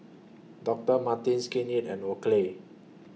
Doctor Martens Skin Inc and Oakley